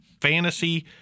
fantasy